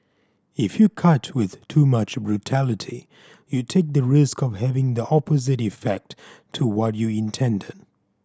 if you cut with too much brutality you take the risk of having the opposite effect to what you intended